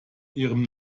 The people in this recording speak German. ihrem